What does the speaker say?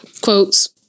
quotes